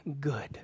good